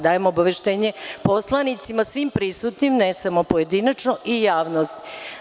Dajem obaveštenje poslanicima, svim prisutnim, ne samo pojedinačno, i javnosti.